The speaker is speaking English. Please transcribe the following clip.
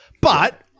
But-